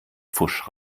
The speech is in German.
pfusch